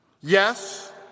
Yes